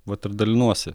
vat ir dalinuosi